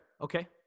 Okay